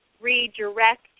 redirect